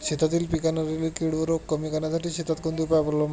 शेतातील पिकांवरील कीड व रोग कमी करण्यासाठी शेतात कोणते उपाय अवलंबावे?